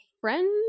friend